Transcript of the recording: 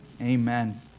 Amen